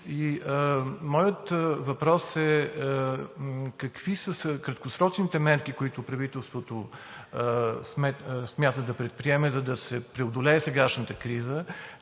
Моят въпрос е: какви са краткосрочните мерки, които правителството смята да предприеме, за да се преодолее сегашната криза?